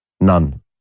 none